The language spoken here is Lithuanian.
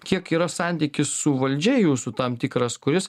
kiek yra santykis su valdžia jūsų tam tikras kuris